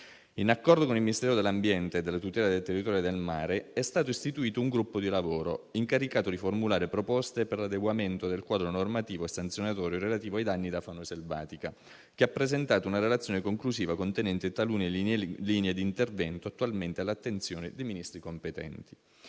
In accordo con il Ministero dell'ambiente e della tutela del territorio e del mare, è stato istituito un gruppo di lavoro incaricato di formulare proposte per l'adeguamento del quadro normativo e sanzionatorio relativo ai danni da fauna selvatica, che ha presentato una relazione conclusiva contenente talune linee di intervento attualmente all'attenzione dei Ministri competenti.